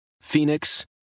Phoenix